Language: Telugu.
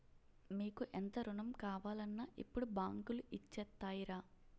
మీకు ఎంత రుణం కావాలన్నా ఇప్పుడు బాంకులు ఇచ్చేత్తాయిరా